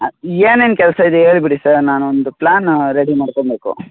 ಏನೇನು ಕೆಲಸ ಇದೆ ಹೇಳಿ ಬಿಡಿ ಸರ್ ನಾನೊಂದು ಪ್ಲ್ಯಾನ ರೆಡಿ ಮಾಡ್ಕೊಬೇಕು